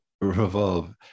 revolve